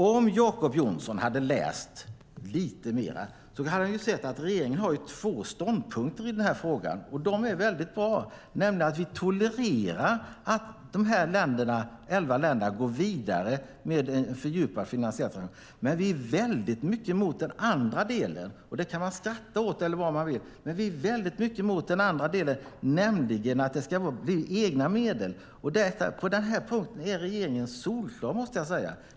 Om Jacob Johnson hade läst lite mer hade han sett att regeringen har två väldigt bra ståndpunkter i den här frågan, nämligen att vi tolererar att de här elva länderna går vidare med en fördjupad finansiell transaktion. Men vi är mycket emot den andra delen om att det ska vara egna medel. Det kan man skratta åt eller vad man vill, men på den punkten är regeringen solklar.